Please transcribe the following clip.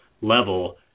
level